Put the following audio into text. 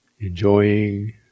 enjoying